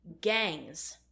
Gangs